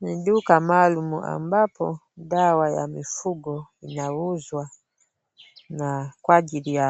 Ni duka maalum ambapo dawa ya mifugo inauzwa na kwa ajili ya